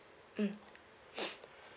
mm